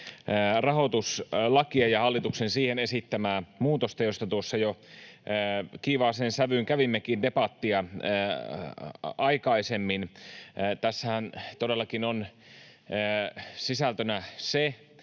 rahoituslakia ja hallituksen siihen esittämää muutosta, josta tuossa jo kiivaaseen sävyyn kävimmekin debattia aikaisemmin. Tässähän todellakin on sisältönä se,